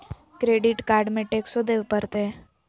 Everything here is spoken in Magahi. क्रेडिट कार्ड में टेक्सो देवे परते?